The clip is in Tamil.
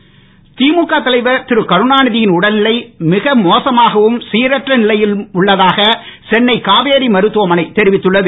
கருணா நித திமுக தலைவர் திரு கருணாநிதியின் உடல்நிலை மிக மோசமாகவும் சீரற்ற நிலையிலும் உள்ளதாக சென்னை காவேரி மருத்துவமனை தெரிவித்துள்ளது